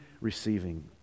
receiving